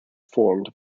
formed